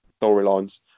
storylines